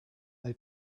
they